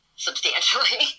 substantially